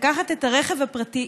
לקחת את הרכב הפרטי,